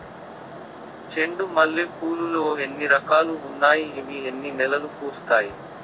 చెండు మల్లె పూలు లో ఎన్ని రకాలు ఉన్నాయి ఇవి ఎన్ని నెలలు పూస్తాయి